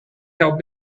have